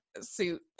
suit